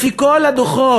לפי כל הדוחות,